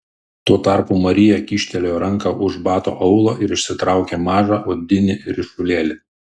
tuo tarpu marija kyštelėjo ranką už bato aulo ir išsitraukė mažą odinį ryšulėlį